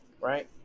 right